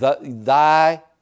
thy